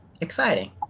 exciting